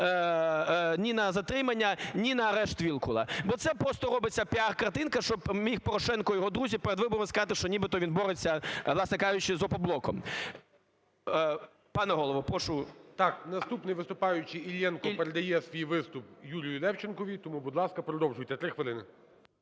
ні на затримання, ні на арешт Вілкула, бо це просто робиться піар-картинка, щоб міг Порошенко і його друзі перед виборами сказати, що нібито він бореться, власне кажучи, з "Опоблоком". Пане Голово, прошу… ГОЛОВУЮЧИЙ. Наступний виступаючий Іллєнко передає свій виступ Юрію Левченкові. Тому, будь ласка, продовжуйте – 3 хвилини.